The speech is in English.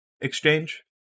exchange